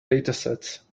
datasets